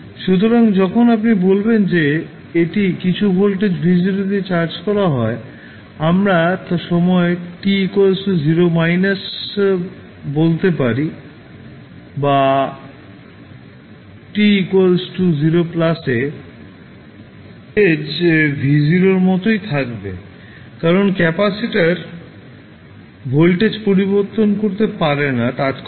সুতরাং যখন আপনি বলবেন যে এটি কিছু ভোল্টেজ V0 দিয়ে চার্জ করা হয় আমরা তা সময় t 0 বলতে পারি বা সময় t 0 এ ভোল্টেজ V0 এর মতোই থাকবে কারণ ক্যাপাসিটার ভোল্টেজ পরিবর্তন করতে পারে না তাত্ক্ষণিকভাবে